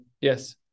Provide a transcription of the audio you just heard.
Yes